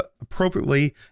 appropriately